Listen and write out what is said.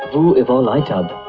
ah uoy evol i tub.